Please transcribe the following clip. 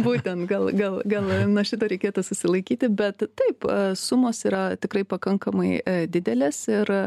būtent gal gal gal nuo šito reikėtų susilaikyti bet taip sumos yra tikrai pakankamai didelės ir